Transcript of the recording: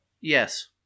Yes